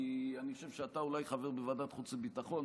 כי אני חושב שאתה אולי חבר בוועדת החוץ והביטחון,